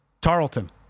Tarleton